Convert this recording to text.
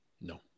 No